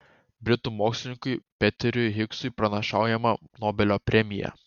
britų mokslininkui peteriui higsui pranašaujama nobelio premija